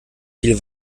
viel